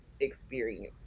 experience